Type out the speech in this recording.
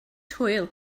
hwyl